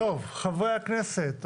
חברי הכנסת,